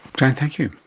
jan, thank you.